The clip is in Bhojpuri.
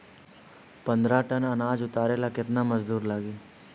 पन्द्रह टन अनाज उतारे ला केतना मजदूर लागी?